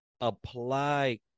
apply